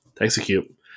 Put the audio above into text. execute